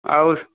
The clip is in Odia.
ଆଉ